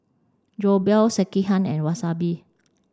Jokbal Sekihan and Wasabi